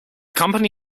company